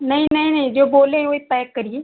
नहीं नहीं नहीं जो बोले हैं वही पैक करिये